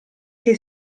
che